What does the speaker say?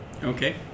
Okay